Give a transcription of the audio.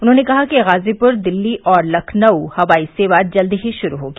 उन्होंने कहा कि गाजीपुर दिल्ली और लखनऊ हवाई सेवा जल्द ही गुरू होगी